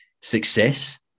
success